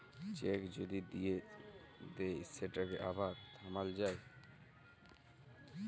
cheque যদি দিঁয়ে দেই সেটকে আবার থামাল যায়